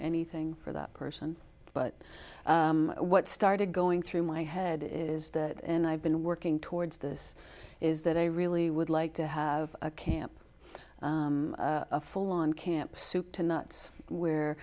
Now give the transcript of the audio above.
anything for that person but what started going through my head is that and i've been working towards this is that i really would like to have a camp a full on camp soup to nuts